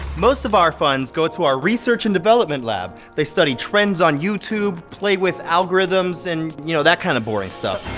most of our funds go to our research and development lab. they study trends on youtube, play with algorithms, and, you know, that kind of boring stuff.